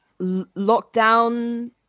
lockdown